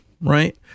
right